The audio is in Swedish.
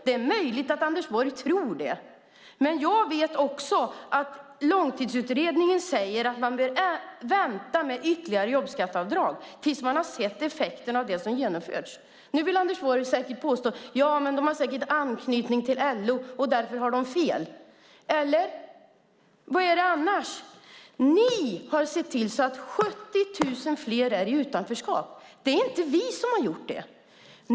Det är möjligt att Anders Borg tror det, men jag vet också att Långtidsutredningen säger att man bör vänta med ytterligare jobbskatteavdrag tills man har sett effekten av dem som har genomförts. Nu vill Anders Borg säkert påstå att den har anknytning till LO och därför fel. Eller? Vad är det annars? Ni har sett till att 70 000 fler är i utanförskap, Anders Borg. Det är inte vi som har gjort det.